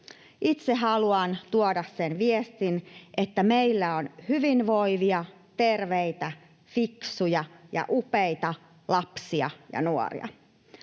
Itse haluan tuoda sen viestin, että meillä on hyvinvoivia, terveitä, fiksuja ja upeita lapsia ja nuoria.